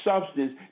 substance